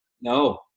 No